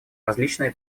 различные